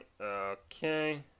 Okay